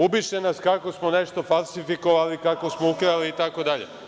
Ubiše nas kako smo nešto falsifikovali, kako smo ukrali itd.